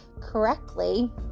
correctly